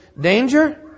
danger